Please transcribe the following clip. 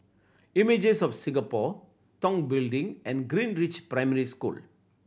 Images of Singapore Tong Building and Greenridge Primary School